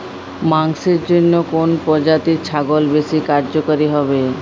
মাংসের জন্য কোন প্রজাতির ছাগল বেশি কার্যকরী হবে?